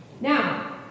Now